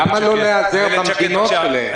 למה לא להיעזר במדינות שלהם?